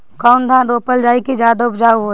कौन धान रोपल जाई कि ज्यादा उपजाव होई?